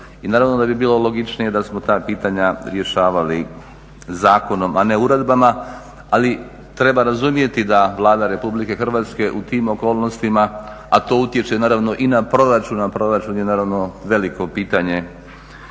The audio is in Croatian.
i naravno da bi bilo logičnije da smo ta pitanja rješavali zakonom, a ne uredbama. Ali treba razumjeti da Vlada Republike Hrvatske u tim okolnostima, a to utječe naravno i na proračun, a proračun je naravno veliko pitanje